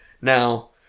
now